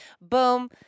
Boom